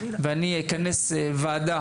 בקרוב מאוד אני אכנס ועדה,